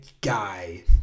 guy